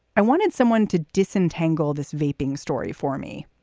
i wanted someone to disentangle this vaping story for me,